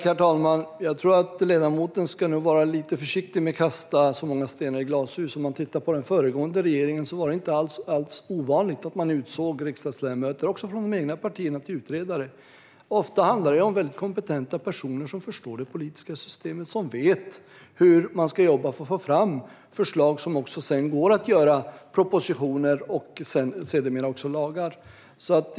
Herr talman! Ledamoten ska nog vara lite försiktig med att kasta så många stenar i glashus. Om vi tittar på den föregående regeringen kan vi se att det inte alls var ovanligt att den utsåg riksdagsledamöter, också från de egna partierna, till utredare. Ofta handlar det om kompetenta personer som förstår det politiska systemet och som vet hur man ska jobba för att få fram förslag som det går att göra propositioner och sedermera lagar utifrån.